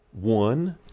one